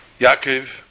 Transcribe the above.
Yaakov